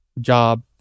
job